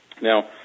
Now